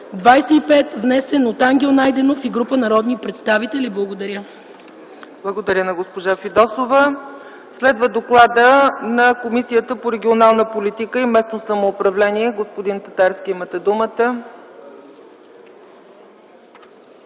внесен от Ангел Найденов и група народни представители.” Благодаря. ПРЕДСЕДАТЕЛ ЦЕЦКА ЦАЧЕВА: Благодаря на госпожа Фидосова. Следва докладът на Комисията по регионална политика и местно самоуправление. Господин Татарски, имате думата.